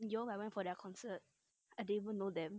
you know I went for their concert I didn't even know them